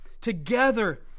Together